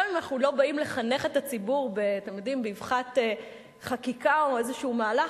גם אם אנחנו לא באים לחנך את הציבור באבחת חקיקה או איזשהו מהלך,